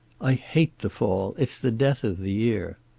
i hate the fall. it's the death of the year.